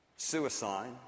Suicide